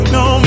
no